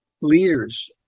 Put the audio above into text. leaders